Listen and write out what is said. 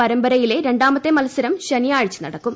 പരമ്പരയിലെ രണ്ടാമത്തെ മത്സരം ശനിയാഴ്ച നടക്കും